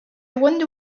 wonder